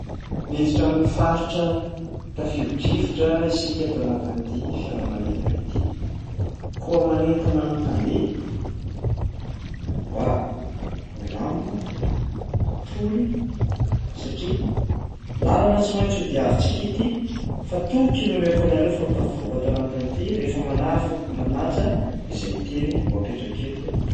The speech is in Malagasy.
Miditra amin'ny faritra tafio-drivotra isika ato anatin'ity fiaramanidina ity. Koa manentana ny mpandeha mba holamina, ho tony satria làlana tsy maintsy ho diavintsika ity fa toky no omeko anareo fa ho tafavoaka ato anatin'ity rehefa manaf- manaja izay teny ho apetraka eto ianareo.